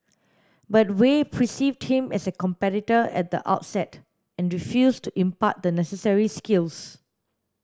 but Wei perceived him as a competitor at the outset and refused to impart the necessary skills